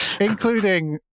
Including